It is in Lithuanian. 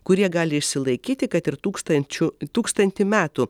kurie gali išsilaikyti kad ir tūkstančiu tūkstantį metų